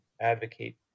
advocate